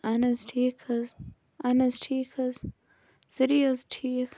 اَہن حظ ٹھیٖک حٕظ اَہن حظ ٹھیٖک حٕظ سٲری حٕظ ٹھیٖک